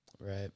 Right